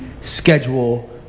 schedule